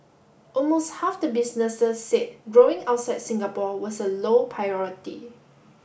almost half the businesses said growing outside Singapore was a low priority